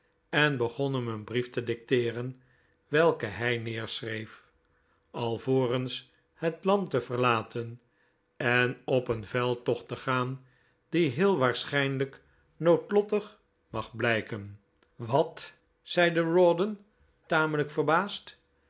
en begon hem een brief te dicteeren welken hij neerschreef alvorens het land te verlaten en op een veldtocht te gaan die heel waarschijnlijk noodlottig mag blijken wat zeide rawdon tamelijk verbaasd